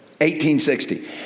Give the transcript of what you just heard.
1860